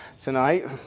tonight